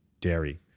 dairy